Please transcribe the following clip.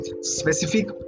specific